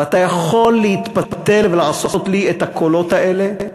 ואתה יכול להתפתל ולעשות לי את הקולות האלה.